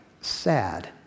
sad